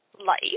life